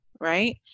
right